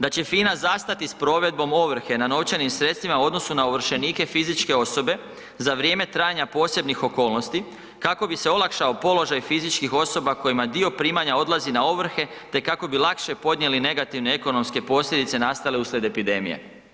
Da će FINA zastati s provedbom ovrhe na novčanim sredstvima u odnosu na ovršenike fizičke osobe za vrijeme trajanja posebnim okolnosti kako bi se olakšao položaj fizičkih osoba kojima dio primanja odlazi na ovrhe te kako bi lakše podnijeli negativne ekonomske posljedice nastale uslijed epidemije.